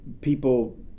people